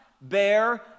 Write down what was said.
bear